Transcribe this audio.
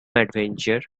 adventure